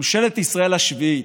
ממשלת ישראל השביעית,